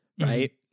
right